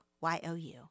Y-O-U